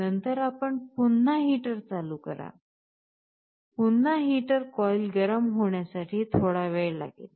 नंतर आपण पुन्हा हीटर चालू करा पुन्हा हीटर कॉइल गरम होण्यासाठी थोडा वेळ लागेल